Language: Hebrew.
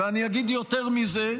ואני אגיד יותר מזה: